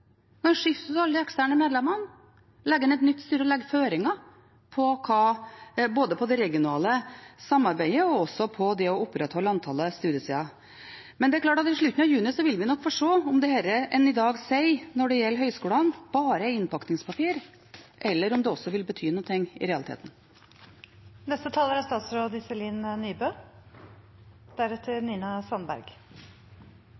kan jo skifte det ut, skifte ut alle de eksterne medlemmene, sette inn et nytt styre og legge føringer for både det regionale samarbeidet og det å opprettholde antallet studiesteder. I slutten av juni vil vi nok få se om det man i dag sier om høgskolene, bare er innpakningspapir eller om det vil bety noe i